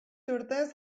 urtez